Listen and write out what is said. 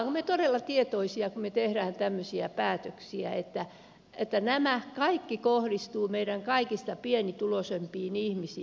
olemmeko me todella tietoisia kun me teemme tämmöisiä päätöksiä että nämä kaikki kohdistuvat meidän kaikista pienituloisimpiin ihmisiin